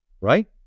right